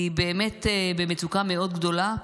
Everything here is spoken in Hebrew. היא באמת במצוקה מאוד גדולה.